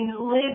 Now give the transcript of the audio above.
live